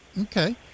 okay